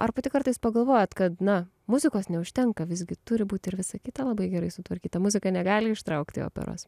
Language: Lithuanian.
ar pati kartais pagalvojat kad na muzikos neužtenka visgi turi būt ir visa kita labai gerai sutvarkyta muzika negali ištraukti operos